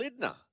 Lidner